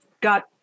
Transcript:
got